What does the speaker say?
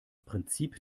prinzip